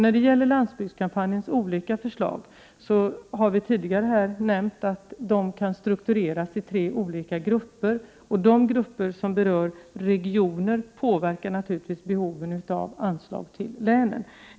När det gäller landsbygdskampanjens olika förslag har vi tidigare nämnt att de kan struktureras i tre olika grupper. De grupper som berör regionalpoliti Prot. 1988/89:110 ken påverkar naturligtvis behoven av anslag till länen.